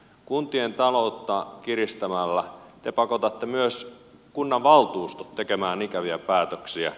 kuntien taloutta kiristämällä te pakotatte myös kunnanvaltuustot tekemään ikäviä päätöksiä